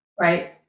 Right